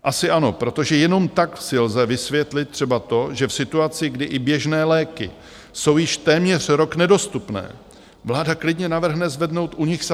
Asi ano, protože jenom tak si lze vysvětlit třeba to, že v situaci, kdy i běžné léky jsou již téměř rok nedostupné, vláda klidně navrhne zvednout u nich sazbu DPH!